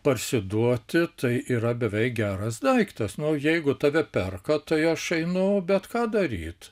parsiduoti tai yra beveik geras daiktas nu jeigu tave perka tai aš einu bet ką daryt